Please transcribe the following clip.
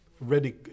ready